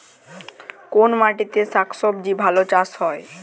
কোন মাটিতে শাকসবজী ভালো চাষ হয়?